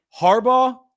Harbaugh